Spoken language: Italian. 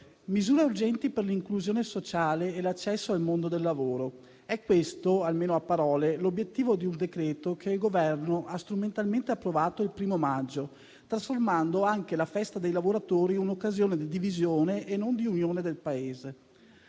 «misure urgenti per l'inclusione sociale e l'accesso al mondo del lavoro»: è questo, almeno a parole, l'obiettivo di un decreto-legge che il Governo ha strumentalmente approvato il 1° maggio, trasformando anche la festa dei lavoratori in un'occasione di divisione e non di unione del Paese.